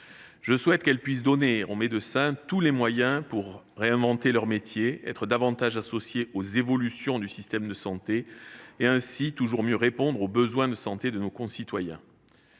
Je souhaite que celle ci puisse donner aux médecins tous les moyens pour réinventer leur métier, être davantage associés aux évolutions du système de santé et ainsi toujours mieux répondre aux besoins de santé de nos concitoyens.